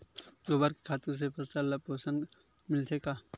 गोबर के खातु से फसल ल पोषण मिलथे का?